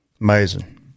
amazing